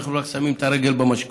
אנחנו רק שמים את הרגל במשקוף.